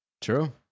True